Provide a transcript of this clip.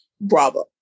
bravo